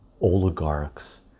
oligarchs